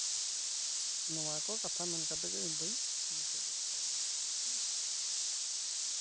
ᱱᱚᱣᱟ ᱠᱚ ᱠᱟᱛᱷᱟ ᱢᱮᱱ ᱠᱟᱛᱮ ᱜᱮ ᱤᱧᱫᱩᱧ ᱢᱩᱪᱟᱹᱫ ᱮᱫ ᱛᱟᱵᱚᱱᱟ ᱦᱩᱸ